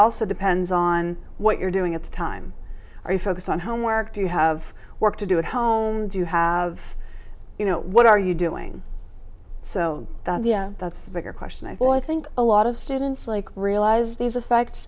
also depends on what you're doing at the time are you focused on homework do you have work to do at home do you have you know what are you doing so that's the bigger question i thought i think a lot of students like realize these affects